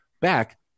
back